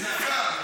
זה פשע עכשיו.